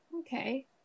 okay